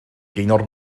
gaynor